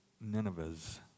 Nineveh's